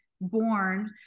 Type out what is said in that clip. born